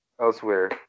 elsewhere